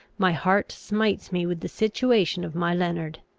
my heart smites me with the situation of my leonard.